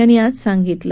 यांनी आज सांगितलं